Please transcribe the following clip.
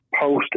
Posted